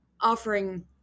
offering